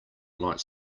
light